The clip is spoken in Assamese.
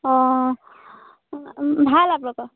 অঁ ভাল আপোনালোকৰ